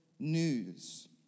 News